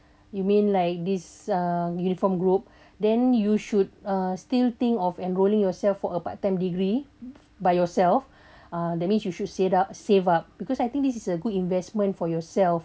you mean like this uh uniform group then you should uh still think of enrolling yourself for a part time degree by yourself ah that means you should set up save up because I think this is a good investment for yourself